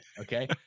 Okay